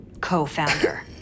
co-founder